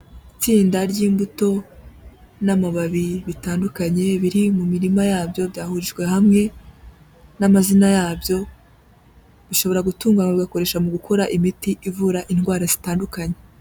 Itsinda ry'imbuto n'amababi bitandukanye biri mu mirima yabyo byahurijwe hamwe n'amazina yabyo, bishobora gutungwa bagakoreshwa mu gukora imiti ivura indwara zitandukanye.